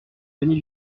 gagner